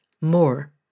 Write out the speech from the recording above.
more